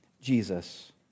Jesus